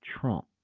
Trump